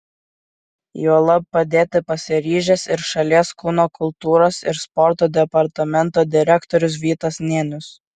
juolab padėti pasiryžęs ir šalies kūno kultūros ir sporto departamento direktorius vytas nėnius